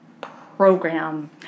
program